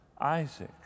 Isaac